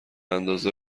اندازه